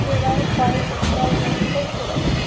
প্রায় কয়েক হাজার বছরের পুরাতন